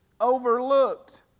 overlooked